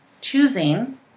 choosing